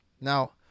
Now